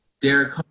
Derek